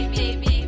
baby